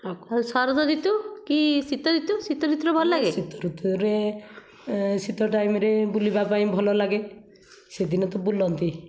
ଆଉ ଶରତ ଋତୁ କି ଶୀତ ଋତୁ ଶୀତ ଋତୁରେ ଭଲ ଲାଗେ ଶୀତ ଋତୁରେ ଶୀତ ଟାଇମ୍ରେ ବୁଲିବା ପାଇଁ ଭଲଲାଗେ ଶୀତ ଦିନେ ତ ବୁଲନ୍ତି